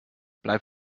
bleib